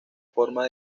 forma